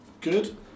good